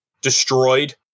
destroyed